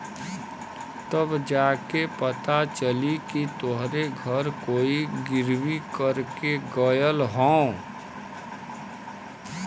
तब जा के पता चली कि तोहरे घर कोई गिर्वी कर के गयल हौ